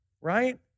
right